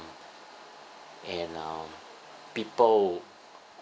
and uh people